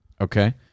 Okay